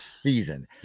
season